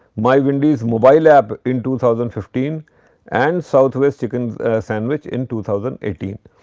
my wendy's mobile app in two thousand fifteen and southwest chicken sandwich in two thousand eighteen.